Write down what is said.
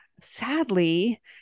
Sadly